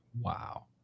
Wow